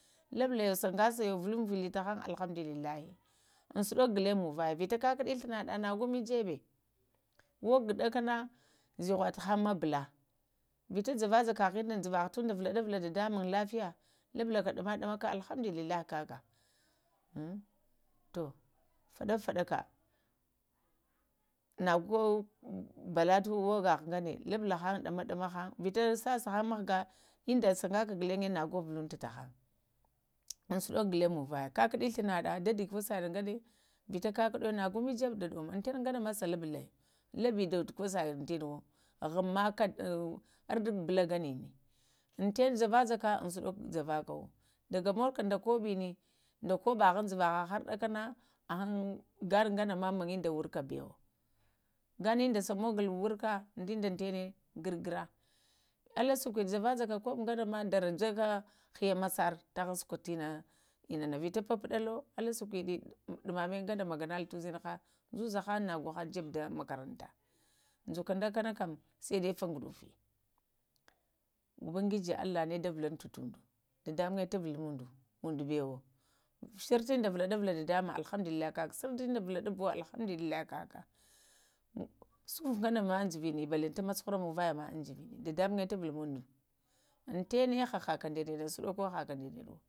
Labuloyo sagasayo vulaŋvuloyo tahaŋ alhamdulillahi ŋ suɗako ghuluŋ mu vaya vita kakadi ghlanaɗa go mə jaɓe ogo ɗakana zəvo tahaŋ ma bula vita javaja kaha ina amjuhava tunda valanuvala dadamuŋa lafiya lubulaka namaɗalnaka alhamdulillahi kaka ŋ to faɗa-faɗaka nago balata oga ha ŋganə lubulahaŋ ɗamadəma haŋ vita sasahaŋ mghga inda sagaka ghalaŋə nago vulunta tohaŋ amsuəo ko ghulaŋ kakuɗə flənaɗa da dadə kosaya nŋana, vita kakudo gweme jabe da ɗamo, intanə ganama sa lubulayin, laɓe dodo kosaya intananwo əe maka ardi bala ŋganə intanə javajaka, amsudəko javaka wo daga magoka da koɓənə dakobahan juvava avaŋ ganə ŋganama ənda workawo ganinda samoguka worka dinda tanə gar-gara əla sakwiɗi java-java koɓo ganama ɗara jaka hiya masarə tahaŋ sukwa tina inana vita pupuɗalo əla sulkwi ɗi numamə ŋgana maganalo tu ushinhi zoza hay nago haŋ jabe haŋ dan makaranta, dzuaku ɗakana kam saidai faguɗufu, ubangiji allah nə davulaŋ tundu, dadanuŋə tuvukintunda undubawa sirtanda valaɗavala dadamuŋm alhamdullillahi sirdunda vadalabu kaka alhamdulillahi kike sunfu ŋganama na aŋn jəvənə balantanama cuhura maŋvaya am juviniya dadamuŋya tuvulmanda intanə hahəka ɗanəduwo nsuɗoko hahaka da naɗuwo